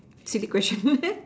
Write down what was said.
silly question